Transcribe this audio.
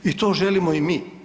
I to želimo i mi.